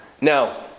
Now